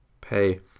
Pay